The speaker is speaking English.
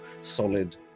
solid